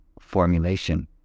formulation